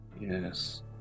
Yes